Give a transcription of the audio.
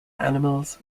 animals